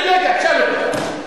תשאל אותו.